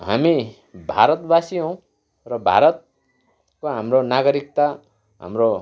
हामी भारतवासी हौँ र भारतको हाम्रो नागरिकता हाम्रो